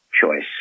choice